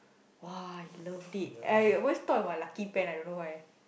!wah! I loved it I always thought of my lucky pen I don't know why